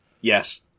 Yes